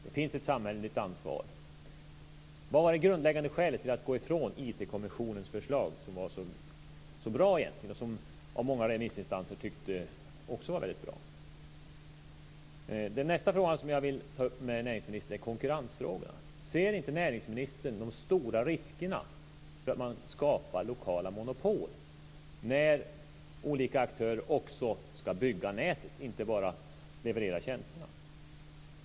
Det finns ett samhälleligt ansvar. Vilket var alltså det grundläggande skälet till att gå ifrån IT kommissionens förslag? Det var bra, och många remissinstanser tyckte också att det var väldigt bra. Nästa fråga som jag vill ta upp med näringsministern är konkurrensfrågan. Ser inte näringsministern de stora riskerna för att man skapar lokala monopol när olika aktörer också ska bygga nätet, och inte bara leverera tjänsterna?